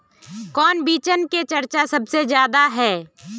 कौन बिचन के चर्चा सबसे ज्यादा है?